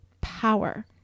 power